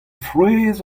frouezh